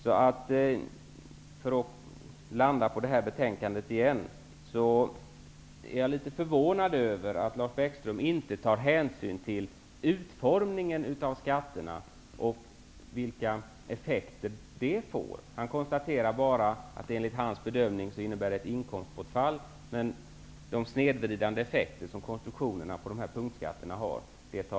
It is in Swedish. För att återkomma till detta betänkande vill jag säga att jag är litet förvånad över att Lars Bäckström inte tar hänsyn till utformningen av skatterna och till vilka effekter detta får. Han konstaterar bara att detta enligt hans bedömning innebär ett inkomstbortfall. Han tar ingen hänsyn till de snedvridande effekter som konstruktionerna på dessa punktskatter har.